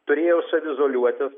turėjo saviizoliuotis